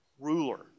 ruler